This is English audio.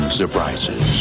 surprises